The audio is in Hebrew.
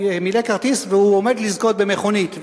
והוא עומד לזכות במכונית.